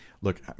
Look